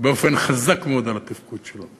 באופן חזק מאוד על התפקוד שלנו.